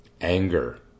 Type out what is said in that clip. Anger